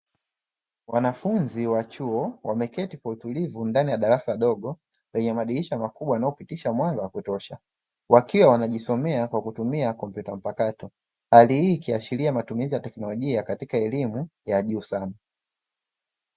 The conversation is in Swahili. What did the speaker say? Wanafunzi wa chuo wameketi kwa utulivu ndani ya darasa dogo lenye madirisha makubwa yanayopitisha mwanga wa kutosha. Wakiwa wanajisomea kwa kutumia kompyuta mpakato. Hali hii ikiashiria matumizi ya teknolojia katika elimu ya juu sana.